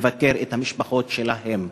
לבקר את המשפחות שלהם.